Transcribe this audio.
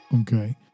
Okay